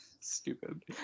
Stupid